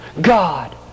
God